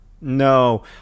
No